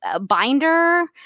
binder